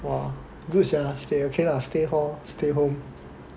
!wah! good sia stay okay lah stay hall stay home